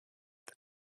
that